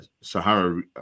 Sahara